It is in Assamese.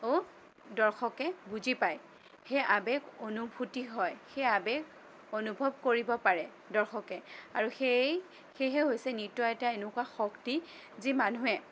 দৰ্শকে বুজি পায় সেই আৱেগ অনুভূতি হয় সেই আৱেগ অনুভৱ কৰিব পাৰে দৰ্শকে আৰু সেই সেয়েহে হৈছে নৃত্য এটা এনেকুৱা শক্তি যি মানুহে